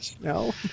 no